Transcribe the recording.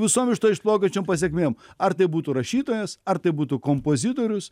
visom iš to išplaukiančiom pasekmėm ar tai būtų rašytojas ar tai būtų kompozitorius